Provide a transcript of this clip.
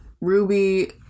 Ruby